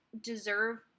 deserve